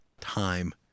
time